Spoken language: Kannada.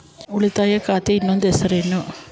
ಉಳಿತಾಯ ಖಾತೆಯ ಇನ್ನೊಂದು ಹೆಸರೇನು?